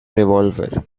revolver